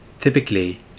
Typically